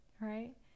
Right